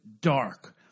dark